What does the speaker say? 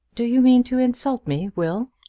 do you mean to insult me, will?